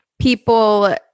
people